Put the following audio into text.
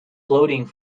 floating